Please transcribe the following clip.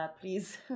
Please